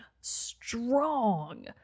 strong